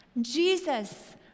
Jesus